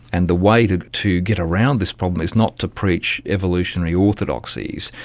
and the way to to get around this problem is not to preach evolutionary orthodoxies,